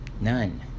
none